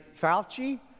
Fauci